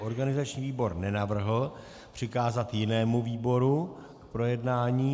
Organizační výbor nenavrhl přikázat jinému výboru projednání.